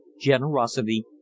generosity